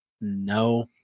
no